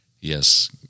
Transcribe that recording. yes